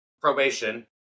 probation